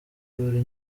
buri